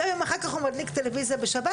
גם אם אחר כך הוא מדליק טלויזיה בשבת.